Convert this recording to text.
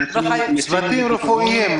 צוותים רפואיים.